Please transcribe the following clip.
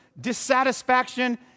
dissatisfaction